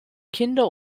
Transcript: kinder